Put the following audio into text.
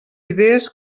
idees